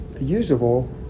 usable